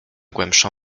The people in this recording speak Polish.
głębszą